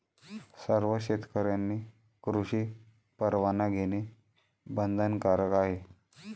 सर्व शेतकऱ्यांनी कृषी परवाना घेणे बंधनकारक आहे